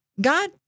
God